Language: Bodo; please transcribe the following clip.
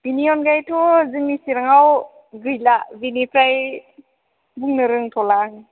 बिनि अनगायैथ' जोंनि चिरांआव गैला बिनिफ्राय बुंनो रोंथ'ला आं